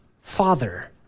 Father